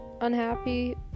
unhappy